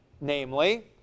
namely